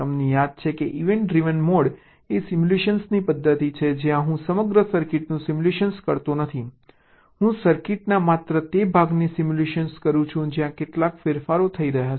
તમને યાદ છે કે ઇવેન્ટ ડ્રિવન મોડ એ સિમ્યુલેશનની પદ્ધતિ છે જ્યાં હું સમગ્ર સર્કિટનું સિમ્યુલેટ કરતો નથી હું સર્કિટના માત્ર તે ભાગને સિમ્યુલેટ કરું છું જ્યાં કેટલાક ફેરફારો થઈ રહ્યા છે